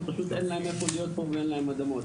כי פשוט אין להם איפה להיות פה ואין להם אדמות,